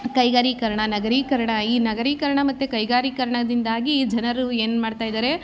ಕೈಗಾರೀಕರಣ ನಗರೀಕರಣ ಈ ನಗರೀಕರಣ ಮತ್ತೆ ಕೈಗಾರೀಕರಣದಿಂದಾಗಿ ಜನರು ಏನು ಮಾಡ್ತಾಯಿದ್ದಾರೆ